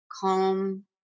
calm